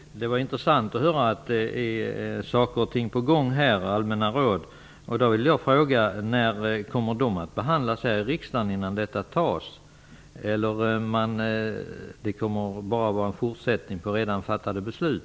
Fru talman! Det var intressant att höra att det var allmänna råd på gång. Då vill jag fråga: När kommer dessa råd att behandlas i riksdagen? Eller är det bara en fortsättning på redan fattade beslut?